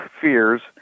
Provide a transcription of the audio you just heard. Fears